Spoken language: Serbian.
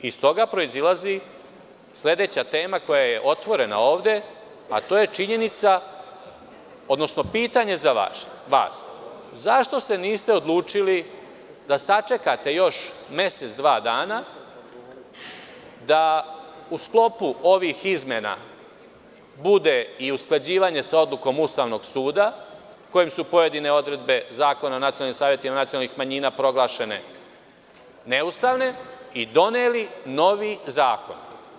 Iz toga proizilazi sledeća tema koja je otvorena ovde, a to je činjenica, odnosno pitanje vas – zašto se niste odlučili da sačekate još mesec, dva dana da u sklopu ovih izmena bude i usklađivanje sa odlukom Ustavnog suda, kojom su pojedine odredbe Zakona o nacionalnim savetima nacionalnih manjina proglašene neustavne i doneli novi zakon?